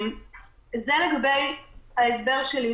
זה לגבי ההסבר שלי.